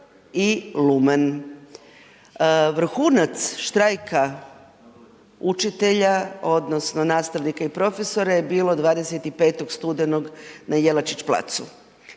i lumen. Vrhunac štrajka učitelja odnosno nastavnika i profesora je bilo 25. studenog na Jelačić placu